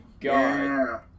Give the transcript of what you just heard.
god